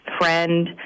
friend